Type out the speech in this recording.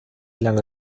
lange